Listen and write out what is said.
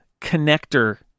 connector